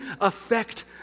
affect